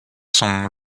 sont